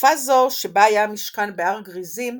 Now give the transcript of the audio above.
לתקופה זו, שבה היה המשכן בהר גריזים,